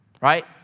right